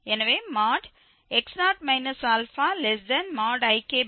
எனவே x0 αIk2